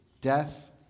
death